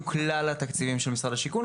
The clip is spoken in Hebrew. הוא כלל התקציבים של משרד השיכון,